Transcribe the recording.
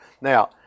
Now